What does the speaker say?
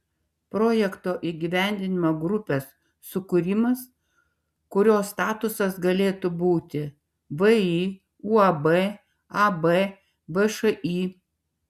projekto įgyvendinimo grupės sukūrimas kurio statusas galėtų būti vį uab ab všį